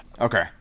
Okay